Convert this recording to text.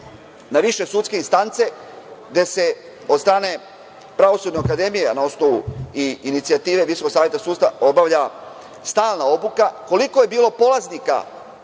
na više sudske instance, gde se od strane Pravosudne akademije i na osnovu i inicijative VSS obavlja stalna obuka, koliko je bilo polaznika